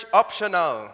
optional